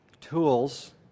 tools